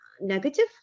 negative